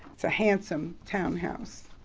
it's a handsome townhouse.